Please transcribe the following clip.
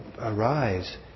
arise